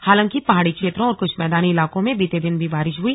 हालांकि पहाड़ी क्षेत्रों और कुछ मैदानी इलाकों में बीते दिन भी बारिश हुई